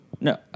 No